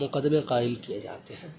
مقدمے قائم کیے جاتے ہیں